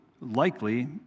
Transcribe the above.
likely